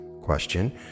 question